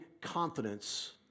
confidence